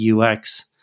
UX